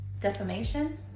Defamation